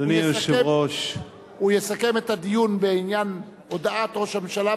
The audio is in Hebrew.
הוא יסכם את הדיון בעניין הודעת ראש הממשלה,